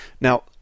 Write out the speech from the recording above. Now